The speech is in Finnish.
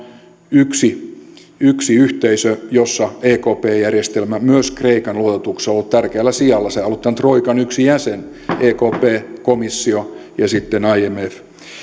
yksi yksi yhteisö ekp järjestelmä joka myös kreikan luototuksessa on ollut tärkeällä sijalla sehän on ollut tämän troikan yksi jäsen ekp komissio ja imf